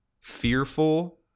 fearful